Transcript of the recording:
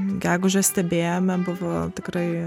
gegužę stebėjome buvo tikrai